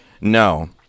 no